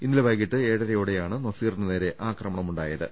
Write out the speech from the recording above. ഇന്നലെ വൈകീട്ട് ഏഴരയോടെയാണ് നസീറിന് നേരെ ആക്രമണമുണ്ടായത്